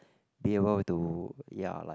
be able to ya like